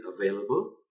available